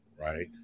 right